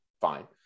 fine